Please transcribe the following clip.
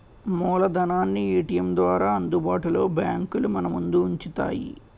మూలధనాన్ని ఏటీఎం ద్వారా అందుబాటులో బ్యాంకులు మనముందు ఉంచుతాయి